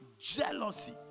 jealousy